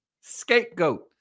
scapegoat